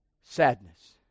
sadness